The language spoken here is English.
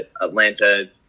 Atlanta